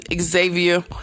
Xavier